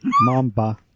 Mamba